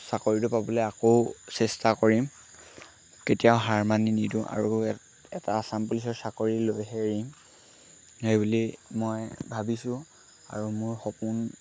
চাকৰিটো পাবলৈ আকৌ চেষ্টা কৰিম কেতিয়াও হাৰমানি নিদিওঁ আৰু এটা আচাম পুলিচৰ চাকৰি লৈহে এৰিম সেইবুলি মই ভাবিছোঁ আৰু মোৰ সপোন